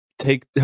take